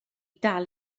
dal